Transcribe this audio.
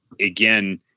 Again